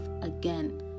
again